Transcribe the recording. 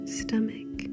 stomach